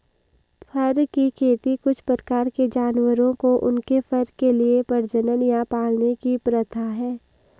फर की खेती कुछ प्रकार के जानवरों को उनके फर के लिए प्रजनन या पालने की प्रथा है